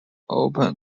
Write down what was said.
open